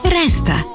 resta